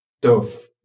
Dove